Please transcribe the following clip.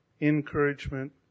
encouragement